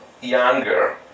younger